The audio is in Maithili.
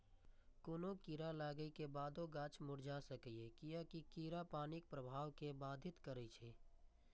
कोनो कीड़ा लागै के बादो गाछ मुरझा सकैए, कियैकि कीड़ा पानिक प्रवाह कें बाधित करै छै